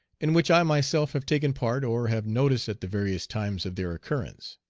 in which i myself have taken part or have noticed at the various times of their occurrence.